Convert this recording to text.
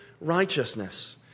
righteousness